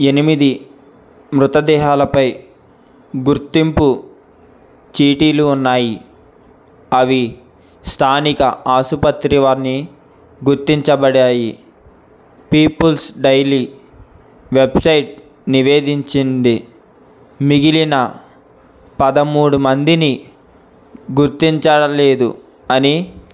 ఎనిమిది మృతదేహాలపై గుర్తింపు చీటీలు ఉన్నాయి అవి స్థానిక ఆసుపత్రివని గుర్తించబడాయి పీపుల్స్ డైలీ వెబ్సైట్ నివేదించింది మిగిలిన పదమూడు మందిని గుర్తించడంలేదు అని